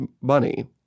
money